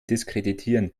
diskreditieren